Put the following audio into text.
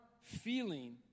feeling